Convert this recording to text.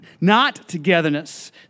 not-togetherness